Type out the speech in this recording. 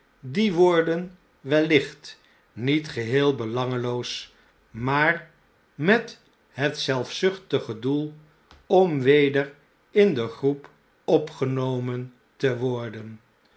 die woorden wellicht niet geheel belangeloos maar met het zelfzuchtige doel om weder in de groep opgenomen te worden